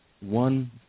one